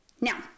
Now